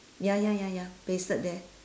ya ya ya ya pasted there